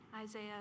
Isaiah